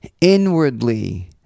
inwardly